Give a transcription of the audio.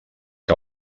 que